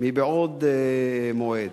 מבעוד מועד.